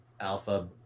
alpha